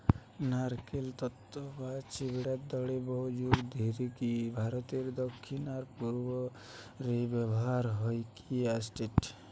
নারকেল তন্তু বা ছিবড়ার দড়ি বহুযুগ ধরিকি ভারতের দক্ষিণ আর পূর্ব রে ব্যবহার হইকি অ্যাসেটে